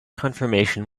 confirmation